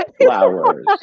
flowers